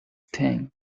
thing